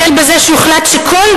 החל בזה שהוחלט שכל,